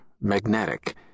magnetic